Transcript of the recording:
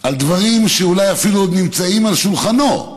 על דברים שאולי אפילו עוד נמצאים על שולחנו?